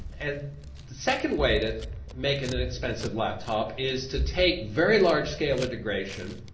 and the second way to make an inexpensive laptop is to take very large scale integration,